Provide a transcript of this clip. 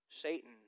Satan